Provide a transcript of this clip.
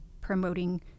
promoting